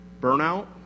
Burnout